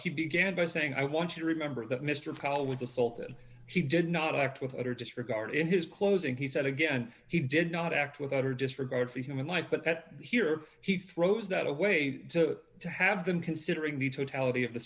he began by saying i want you to remember that mr powell was assaulted she did not act with utter disregard in his closing he said again he did not act without her disregard for human life but that he or she throws that away so that to have them considering the t